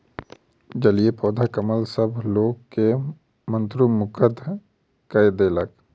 जलीय पौधा कमल सभ लोक के मंत्रमुग्ध कय देलक